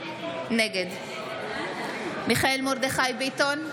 נגד מיכאל מרדכי ביטון,